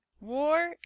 War